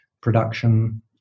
production